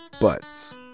buts